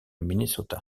minnesota